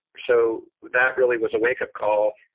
so that really was a wakeup call.